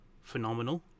phenomenal